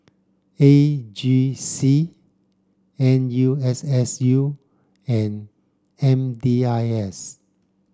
A G C N U S S U and M D I S